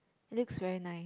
It looks very nice